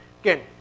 Again